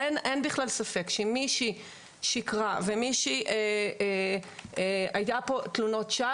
אין בכלל ספק שאם מישהי שיקרה או התלוננה לשווא,